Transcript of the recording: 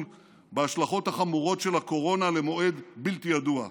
בהשלכות החמורות של הקורונה למועד בלתי ידוע.